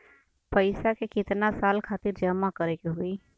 पैसा के कितना साल खातिर जमा करे के होइ?